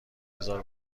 بذار